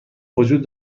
وجود